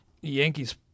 Yankees